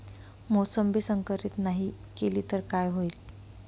मोसंबी संकरित नाही केली तर काय होईल?